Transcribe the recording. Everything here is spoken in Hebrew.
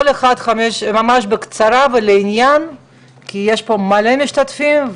כל אחד ידבר ממש בקצרה ולעניין כי יש פה הרבה מאוד משתתפים,